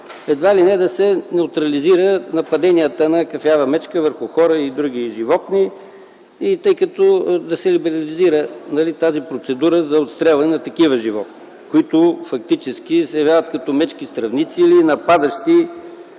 едва ли не да се неутрализират нападенията на кафява мечка върху хора и други животни и да се либерализира процедурата за отстрелване на такива животни, които се явяват фактически мечки стръвници или нападащи.